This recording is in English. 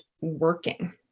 working